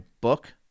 book